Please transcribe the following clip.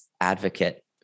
advocate